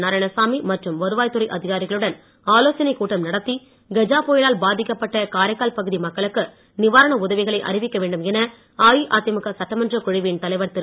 நாராயணசாமி மற்றும் வருவாய் துறை அதிகாரிகளுனடன் ஆலோசனைக் கூட்டம் நடத்தி கஜா புயலால் பாதிக்கப்பட்ட காரைக்கால் பகுதி மக்களுக்கு நிவாரண உதவிகளை அறிவிக்கவேண்டும் என அஇஅதிமுக சட்டமன்றக் குழுவின் தலைவர் திரு